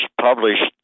published